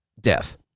death